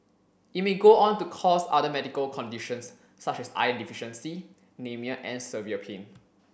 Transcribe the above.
it may go on to cause other medical conditions such as iron deficiency anaemia and severe pain